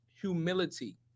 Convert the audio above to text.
humility